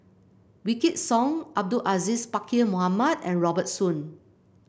Wykidd Song Abdul Aziz Pakkeer Mohamed and Robert Soon